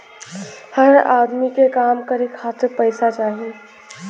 हर अदमी के काम करे खातिर पइसा चाही